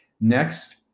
Next